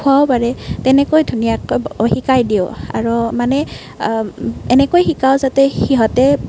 খোৱাব পাৰে তেনেকৈ ধুনীয়াকৈ শিকাই দিওঁ আৰু মানে এনেকৈ শিকাওঁ যাতে সিহঁতে